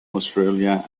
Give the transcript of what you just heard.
australia